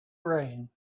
rain